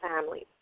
families